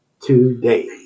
today